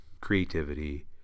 creativity